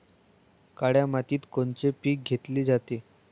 काळ्या मातीत कोनचे पिकं घेतले जाते?